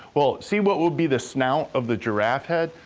well, see what would be the snout of the giraffe head?